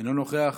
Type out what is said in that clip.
אינו נוכח,